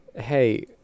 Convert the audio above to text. Hey